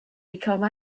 become